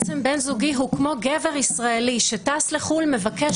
בן זוגי הוא כמו גבר ישראלי שטס לחוץ לארץ ומבקש